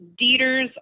Dieters